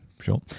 sure